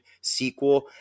sequel